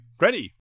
ready